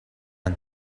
aan